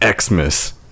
Xmas